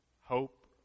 hope